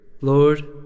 Lord